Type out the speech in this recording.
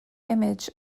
image